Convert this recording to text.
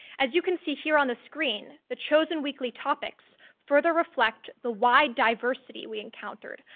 as you can see here on the screen, the chosen weekly topics further reflect the wide diversity we encountered,